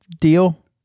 Deal